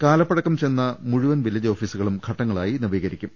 കാല പ്പഴക്കം ചെന്ന മുഴുവൻ വില്ലേജ് ഓഫീസുകളും ഘട്ടങ്ങളായി നവീ കരിക്കും